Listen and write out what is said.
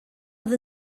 oedd